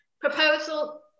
Proposal